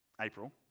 April